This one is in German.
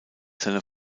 seine